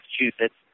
Massachusetts